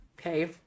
Okay